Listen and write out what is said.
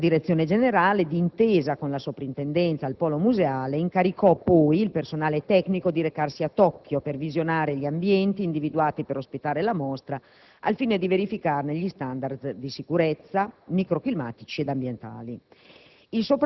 Direzione generale, d'intesa con la Soprintendenza al polo museale, incaricò poi il personale tecnico di recarsi a Tokyo per visionare gli ambienti individuati per ospitare la mostra al fine di verificarne gli *standard* di sicurezza, microclimatici ed ambientali.